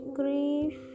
grief